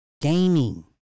Gaming